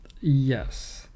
Yes